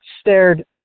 stared